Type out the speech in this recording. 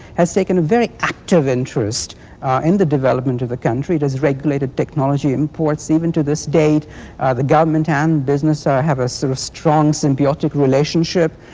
has taken a very active interest in the development of the country. it has regulated technology and imports. even to this date the government and business ah have a sort of strong symbiotic relationship.